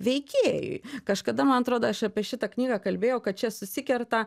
veikėjui kažkada man atrodo aš apie šitą knygą kalbėjau kad čia susikerta